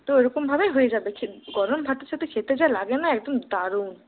তো ওরকমভাবেই হয়ে যাবে গরম ভাতের সাথে খেতে যা লাগে না একদম দারুণ